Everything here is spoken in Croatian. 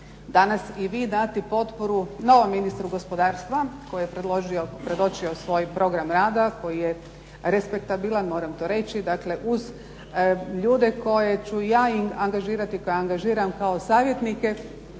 danas i vi dati potporu novom ministru gospodarstva koji je predočio svoj program rada, koji je respektabilan moram to reći, dakle uz ljude koje ću ja angažirati, koje angažiram kao savjetnike,